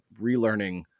relearning